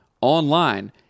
online